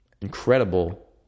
incredible